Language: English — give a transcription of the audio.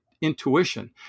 intuition